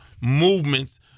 movements